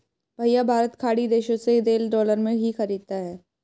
भैया भारत खाड़ी देशों से तेल डॉलर में ही खरीदता है